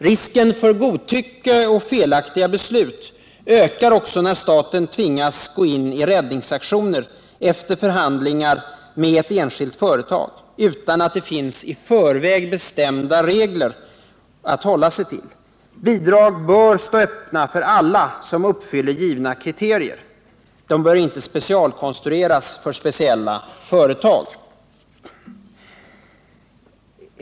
Risken för godtycke och felaktiga beslut ökar också när staten tvingas gå in med räddningsaktioner efter förhandlingar med ett enskilt företag utan att det finns i förväg bestämda regler att hålla sig till. Bidrag bör stå öppna för alla som uppfyller givna kriterier. De bör inte specialkonstrueras för speciella företag.